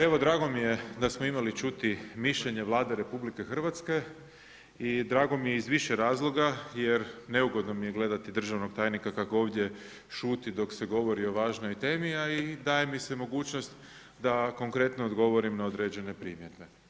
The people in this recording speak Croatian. Evo drago mi je da smo imali čuti mišljenje Vlade RH i drago mi je iz više razloga jer neugodno mi je gledati državnog tajnika kako ovdje šuti dok se govori o važnoj temi, a i daje mi se mogućnost da konkretno odgovorim na određene primjedbe.